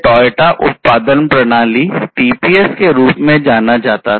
लीन के रूप में जाना जाता था